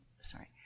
Sorry